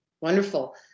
Wonderful